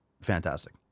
fantastic